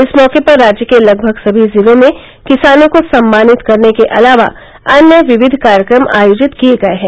इस मौके पर राज्य के लगभग सभी जिलों में किसानों को सम्मानित करने के अलावा अन्य विविध कार्यक्रम आयोजित किए गये हैं